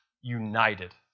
united